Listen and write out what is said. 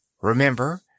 Remember